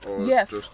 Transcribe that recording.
Yes